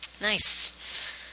Nice